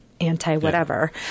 anti-whatever